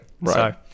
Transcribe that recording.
Right